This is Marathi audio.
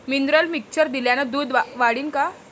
मिनरल मिक्चर दिल्यानं दूध वाढीनं का?